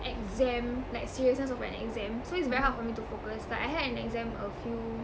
exam like seriousness of an exam so it's very hard for me to focus like I had an exam a few